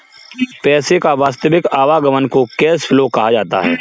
पैसे का वास्तविक आवागमन को कैश फ्लो कहा जाता है